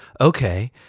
okay